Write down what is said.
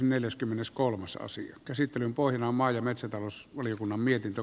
käsittelyn pohjana on maa ja metsätalousvaliokunnan mietintö